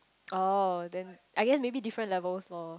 oh then I guess maybe different level loh